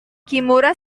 kimura